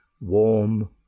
warm